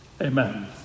amen